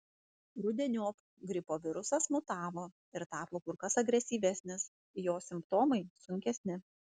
rudeniop gripo virusas mutavo ir tapo kur kas agresyvesnis jo simptomai sunkesni